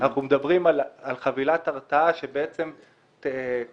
אנחנו מדברים על חבילת הרתעה, כמו